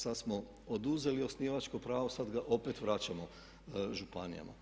Sad smo oduzeli osnivačko pravo sad ga opet vraćamo županijama.